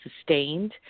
sustained